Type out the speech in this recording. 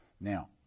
Now